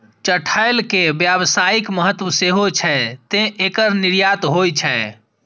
चठैल के व्यावसायिक महत्व सेहो छै, तें एकर निर्यात होइ छै